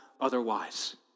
otherwise